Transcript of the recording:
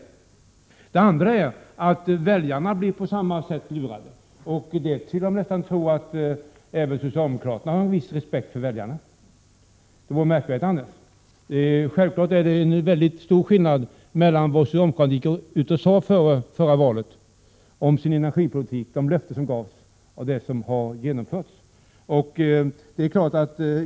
För det andra blir väljarna lurade på motsvarande sätt. Jag skulle tro att också socialdemokraterna har en viss respekt för väljarna — märkligt vore det ju annars. Det är helt klart att det är en mycket stor skillnad mellan å ena sidan vad socialdemokraterna sade före förra valet om sin energipolitik och de löften som då gavs och å andra sidan det som verkligen har genomförts.